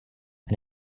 and